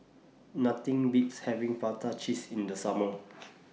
Nothing Beats having Prata Cheese in The Summer